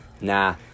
Nah